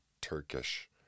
Turkish